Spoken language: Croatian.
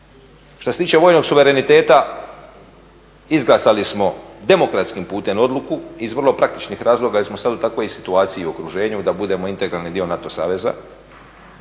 Što se tiče vojnog suvereniteta, izglasali smo demokratskim putem odluku iz vrlo praktičnih razloga, jer smo sada u takvoj situaciji i okruženju da budemo integralni dio NATO saveza,